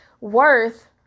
worth